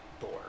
Thor